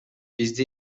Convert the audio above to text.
бизди